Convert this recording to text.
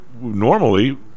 normally